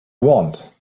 want